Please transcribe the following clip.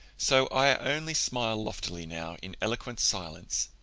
so i only smile loftily now in eloquent silence.